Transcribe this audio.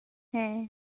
ᱦᱮᱸ